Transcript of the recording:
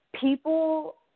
people